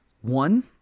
One